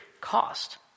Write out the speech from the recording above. cost